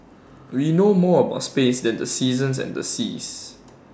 we know more about space than the seasons and the seas